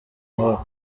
uwaka